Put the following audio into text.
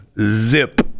zip